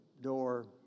door